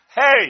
hey